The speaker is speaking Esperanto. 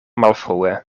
malfrue